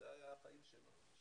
זה היה החיים שלו.